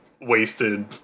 wasted